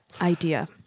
idea